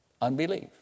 Unbelief